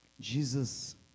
Jesus